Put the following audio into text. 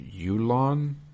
Yulon